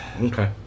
Okay